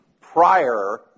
prior